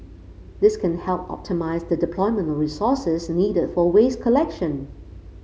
this can help optimise the deployment of resources needed for waste collection